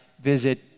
visit